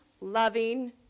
loving